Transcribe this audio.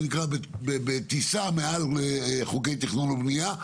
בטיסה מעל חוקי תכנון ובנייה.